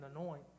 anoint